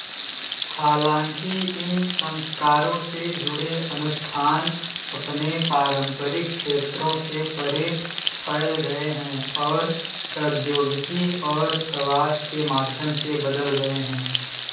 हालाँकि इन संस्कारों से जुड़े अनुष्ठान अपने पारंपरिक क्षेत्रों से परे फै़ल गएँ हैं और प्रद्योगिकी और प्रवास के माध्यम से बदल गए हैं